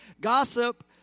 Gossip